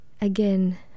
Again